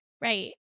Right